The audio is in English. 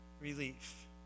relief